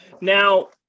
Now